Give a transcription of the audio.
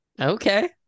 Okay